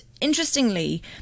interestingly